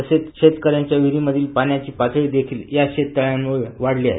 तसेच शेतकऱ्यांच्या विहिरीमधील पाण्याची पातळी देखील या शेततळ्यामुळे वाढली आहे